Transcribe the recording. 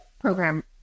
program